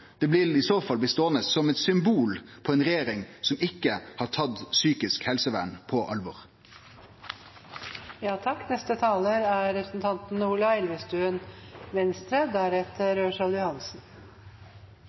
Det vil i så fall bli ståande som eit symbol på ei regjering som ikkje har tatt psykisk helsevern på